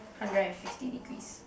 hundred and fifty degrees